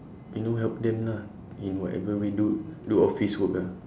you know help them lah in whatever we do do office work ah